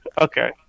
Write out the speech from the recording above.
Okay